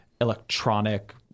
electronic